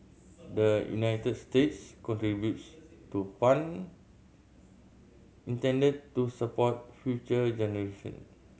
the United States contributes to fund intended to support future generation